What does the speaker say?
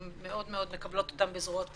מאוד מאוד מקבלות אותם בזרועות פתוחות.